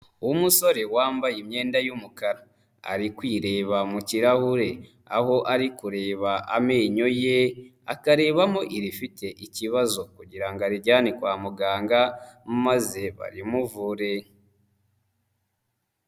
Umusore wambaye imyenda y'umukara, ari kwireba mu kirahure, aho ari kureba amenyo ye, akarebamo irifite ikibazo kugira ngo arijyane kwa muganga maze barimuvure.